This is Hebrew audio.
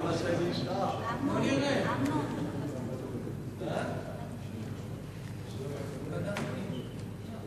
לא עליתי, עוד לא הספקתי לעלות.